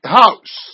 house